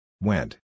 Went